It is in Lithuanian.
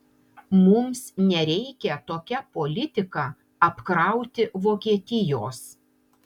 mums nereikia tokia politika apkrauti vokietijos